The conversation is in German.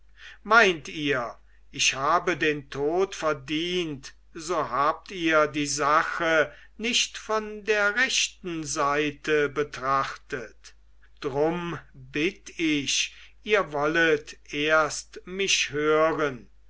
meint ihr ich habe den tod verdient so habt ihr die sache nicht von der rechten seite betrachtet drum bitt ich ihr wollet erst mich hören